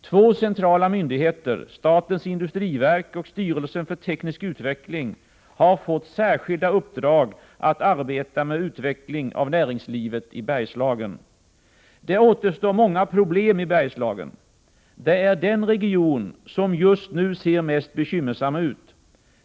Två centrala myndigheter, statens industriverk och styrelsen för teknisk utveckling, har fått särskilda uppdrag att arbeta med utveckling av näringslivet i Bergslagen. Det återstår många problem i Bergslagen. Det är den region som just nu ser mest bekymmersam ut.